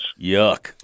Yuck